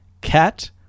cat